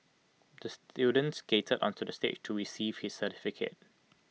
the student skated onto the stage to receive his certificate